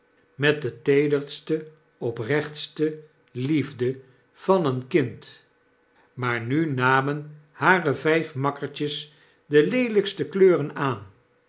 met de teederste oprechtste liefde van een kind maar nu namen hare vp makkertjes de leelpste kleuren aan